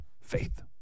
Faith